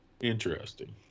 Interesting